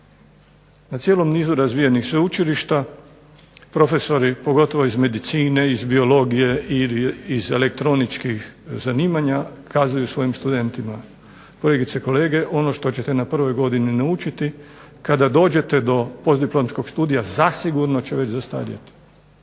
Na cijelom nizu razvijenih sveučilišta, profesori pogotovo iz medicine, biologije, iz elektroničkih zanimanja kazuju svojim studentima kolegice i kolege ono što ćete na prvoj godini naučiti, kada dođete do dodiplomskog studija zasigurno će već zastarjeti.